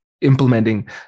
implementing